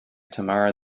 tamara